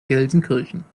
gelsenkirchen